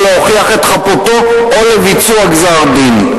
או להוכיח את חפותו או לביצוע גזר-הדין.